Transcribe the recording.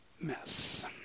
mess